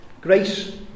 grace